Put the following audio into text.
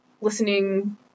listening